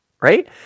Right